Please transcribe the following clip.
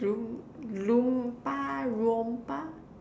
loom Loompa-Roompa